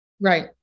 Right